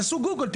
תעשו גוגל,